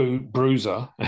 bruiser